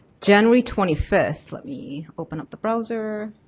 january twenty fifth, let me open up the browser.